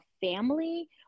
family